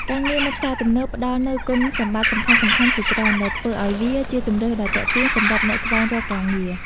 ការងារនៅផ្សារទំនើបផ្ដល់នូវគុណសម្បត្តិសំខាន់ៗជាច្រើន ដែលធ្វើឲ្យវាជាជម្រើសដ៏ទាក់ទាញសម្រាប់អ្នកស្វែងរកការងារ។